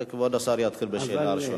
וכבוד השר יתחיל בשאלה הראשונה.